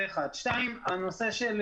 הנושא של